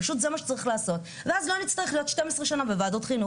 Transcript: הכמות הזאת מוכתבת פעם אחת על-פי המכסה שרשומה במועצה לענף הלול,